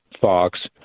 Fox